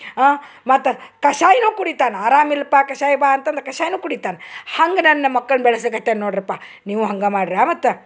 ಮತ್ತು ಕಷಾಯನು ಕುಡಿತಾನೆ ಆರಾಮಿಲ್ಪ ಕಷಾಯ ಬಾ ಅಂತಂದ್ರ ಕಷಾಯನು ಕುಡಿತಾನೆ ಹಂಗೆ ನನ್ನ ಮಕ್ಳನ್ನ ಬೆಳಸಕತ್ಯನ ನೋಡ್ರಪ್ಪ ನೀವು ಹಂಗೆ ಮಾಡ್ರ್ಯಾ ಮತ್ತೆ